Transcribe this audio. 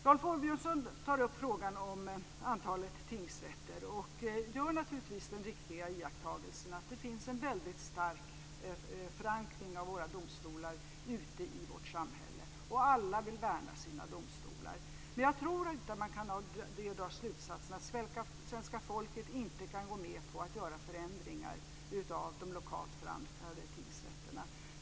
Rolf Åbjörnsson tar upp frågan om antalet tingsrätter och gör den riktiga iakttagelsen att det finns en väldigt stark förankring av våra domstolar ute i samhället, och alla vill värna sina domstolar. Men jag tror inte att man av detta kan dra slutsatsen att svenska folket inte kan gå med på att man gör förändringar av de lokalt förankrade tingsrätterna.